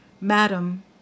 madam